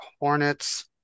hornets